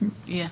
הוא יהיה.